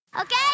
Okay